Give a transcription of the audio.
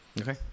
Okay